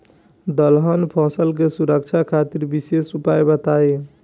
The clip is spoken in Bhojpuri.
दलहन फसल के सुरक्षा खातिर विशेष उपाय बताई?